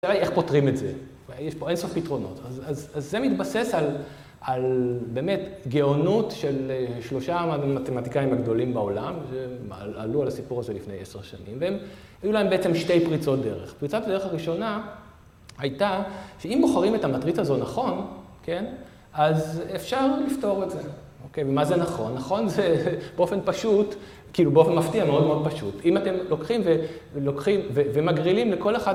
השאלה היא, איך פותרים את זה? יש פה אינסוף פתרונות. אז זה מתבסס על באמת גאונות של שלושה המתמטיקאים הגדולים בעולם, שעלו על הסיפור הזה לפני עשר שנים, והם היו להם בעצם שתי פריצות דרך. פריצת הדרך הראשונה הייתה שאם בוחרים את המטריצה הזו נכון, כן? אז אפשר לפתור את זה. אוקיי, ומה זה נכון? נכון זה באופן פשוט, כאילו באופן מפתיע מאוד מאוד פשוט. אם אתם לוקחים ומגרילים לכל אחת...